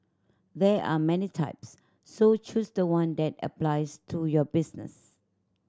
there are many types so choose the one that applies to your business